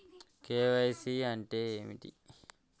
KYC అంటే ఏమిటి?